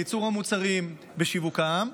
בייצור המוצרים ושיווקם,